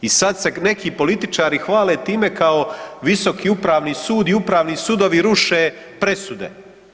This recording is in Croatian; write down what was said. I sad se neki političari hvale time kao Visoki upravni sud i upravi sudovi ruše presude.